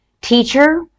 Teacher